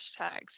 hashtags